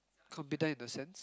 competent in the sense